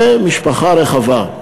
זאת משפחה רחבה.